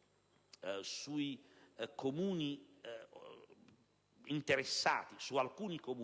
dei Comuni